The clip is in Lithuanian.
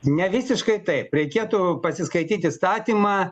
ne visiškai taip reikėtų pasiskaityt įstatymą